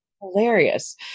hilarious